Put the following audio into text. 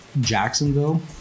Jacksonville